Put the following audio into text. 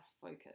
focus